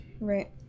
Right